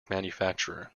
manufacturer